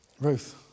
Ruth